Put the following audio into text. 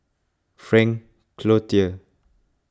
Frank Cloutier